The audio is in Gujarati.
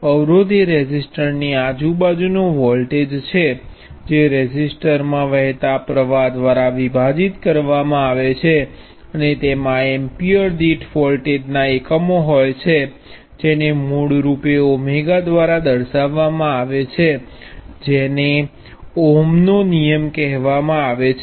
અવરોધ એ રેઝિસ્ટરની આજુબાજુનો વોલ્ટેજ છે જે રેઝિસ્ટર વહેતા પ્ર્વાહ દ્વારા વિભાજીત કરવામાં આવે છે અને તેમાં એમ્પીયર દીઠ વોલ્ટના એકમો હોય છે જેને મૂળ રૂપે ઓમેગા દ્વારા દર્શાવવામા આવે છે જેને ઓહ્મ નો નિયમ કહેવામાં આવે છે